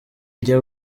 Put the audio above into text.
igiye